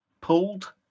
pulled